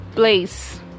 Place